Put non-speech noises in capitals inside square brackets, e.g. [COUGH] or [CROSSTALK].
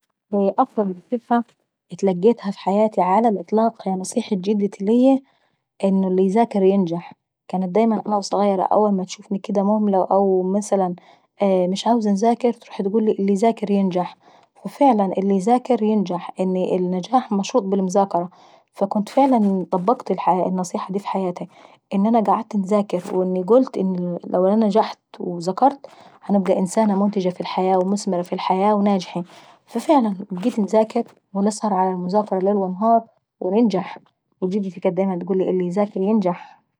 افضل نصيحة اتلقيتها في حياتي على الاطلاق هي نصيحة جدتي ليي "اللي يذاكر ينجح". كانت دايما وانا وظغيرة اول متشوفني كديه مهملة او مثلا [HESITATION] او مش عاوزة انذاكر اتقولي اللي يذاكر ينجح. وفعلا اللي يذاكر ينجح. إن النجاح مشروط بالمذاكرة، وانا فعلا طبقت النصيحة دي في حياتاي. ان انا قعدت انذاكر واني قلت لو انا ذاكرت ونجحت هتبقى انسانة منتجة في الحياة ومثمرة في الحياة وناجحة، ففعلا ابقيت انذاكر ونسهر على المذاكرة ليل نهار وننجح. وجدتي كانت عتقولي اللي يذاكر ينجح.